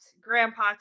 grandpa